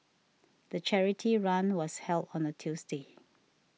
the charity run was held on a Tuesday